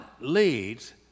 leads